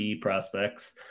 Prospects